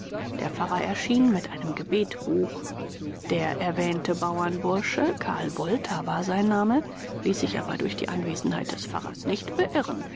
der pfarrer erschien mit einem gebetbuch der erwähnte bauernbursche karl wolter war sein name ließ sich aber durch die anwesenheit des pfarrers nicht beirren